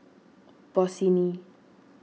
Bossini